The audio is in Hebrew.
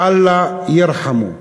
"אללה ירחמו",